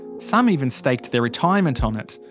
some even staked their retirement on it.